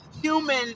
human